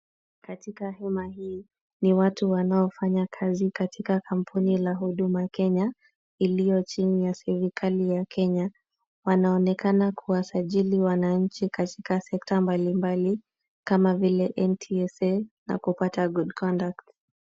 Katika hema hii, ni watu wanaofanya kazi katika kampuni la huduma Kenya, iliyo chini ya serikali ya Kenya. Wanaonekana kuwasajili wananchi katika sekta mbalimbali kama vile NTSA na kupata good conduct .